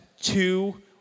two